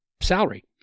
salary